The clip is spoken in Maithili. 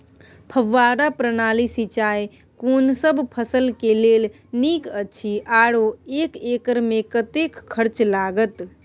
फब्बारा प्रणाली सिंचाई कोनसब फसल के लेल नीक अछि आरो एक एकर मे कतेक खर्च लागत?